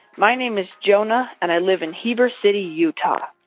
my name is jonah. and i live in heber city, utah.